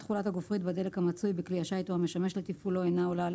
תכולת הגופרית בדלק המצוי בכלי השיט או המשמש לתפעולו אינה עולה על